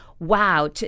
wow